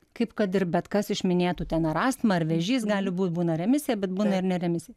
kaip kad ir bet kas iš minėtų ten ar astma ar vėžys gali būt būna remisija bet būna ir ne remisija